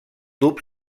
tub